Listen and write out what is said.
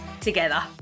together